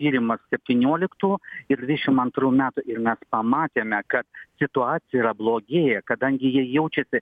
tyrimą septynioliktų ir dvidešim antrų metų ir mes pamatėme kad situacija yra blogėja kadangi jie jaučiasi